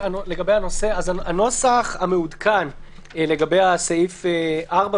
הנוסח המעודכן לגבי סעיף 4,